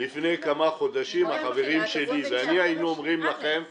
לפני כמה חודשים אני וחבריי היינו אומרים שאיננו בטוחים בכך.